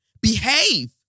Behave